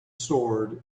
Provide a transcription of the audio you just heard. sword